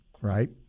right